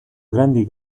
grandi